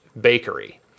Bakery